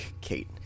Kate